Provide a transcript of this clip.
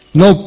no